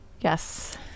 yes